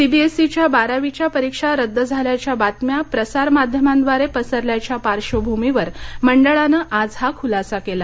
सीबीएसईच्या बारावीच्या परीक्षा रद्द झाल्याच्या बातम्या प्रसार माध्यमांद्वारे पसरल्याच्या पार्श्वभूमीवर मंडळानं आज हा खुलासा केला